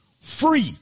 free